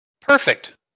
Perfect